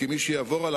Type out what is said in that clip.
כי מי שיעבור עליו,